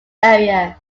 area